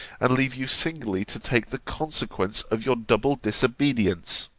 and leave you singly to take the consequence of your double disobedience